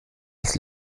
als